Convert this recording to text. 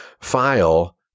file